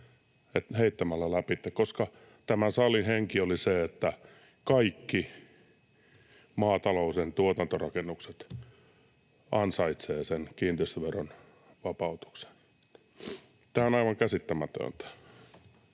heittämällä läpi, koska tämän salin henki oli se, että kaikki maatalouden tuotantorakennukset ansaitsevat sen kiinteistöveron vapautuksen. Tämä on aivan käsittämätöntä.